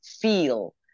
feel